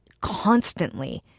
constantly